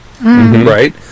Right